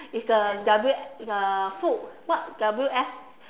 is the W the food what W_S